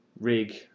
rig